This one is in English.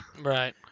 right